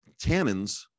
tannins